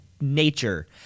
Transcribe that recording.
nature